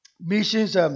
mission's